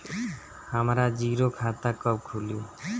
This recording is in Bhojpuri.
हमरा जीरो खाता कब खुली?